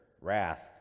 wrath